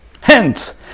Hence